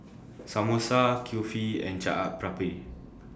Samosa Kulfi and Chaat Papri